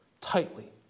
tightly